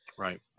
Right